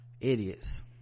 idiots